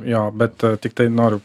jo bet tiktai noriu